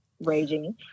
raging